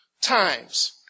times